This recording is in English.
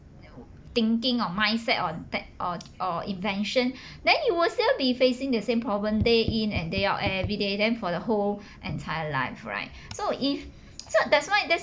thinking of mindset on tech or or invention then it will still be facing the same problem day in and day out everyday then for the whole entire life right so if so that's why that's